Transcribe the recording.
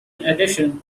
addition